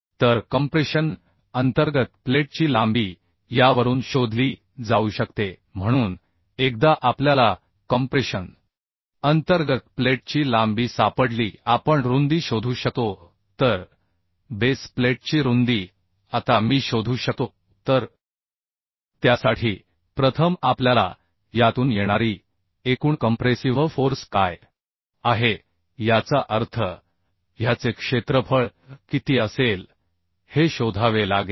तरकॉम्प्रेशन अंतर्गत प्लेटची लांबी यावरून शोधली जाऊ शकते म्हणून एकदा आपल्याला कॉम्प्रेशन अंतर्गत प्लेटची लांबी सापडली की आपण रुंदी शोधू शकतो तर बेस प्लेटची रुंदी आता मी शोधू शकतो तर त्यासाठी प्रथम आपल्याला यातून येणारी एकूण कंप्रेसिव्ह फोर्स काय आहे याचा अर्थ ह्याचे क्षेत्रफळ किती असेल हे शोधावे लागेल